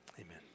amen